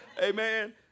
Amen